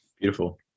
Beautiful